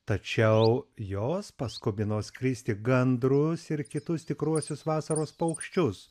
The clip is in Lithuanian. tačiau jos paskubino skristi gandrus ir kitus tikruosius vasaros paukščius